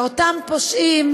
ואותם פושעים,